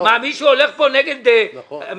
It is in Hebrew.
מישהו הולך כאן נגד מדינת